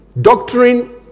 Doctrine